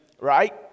right